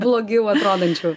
blogiau atrodančių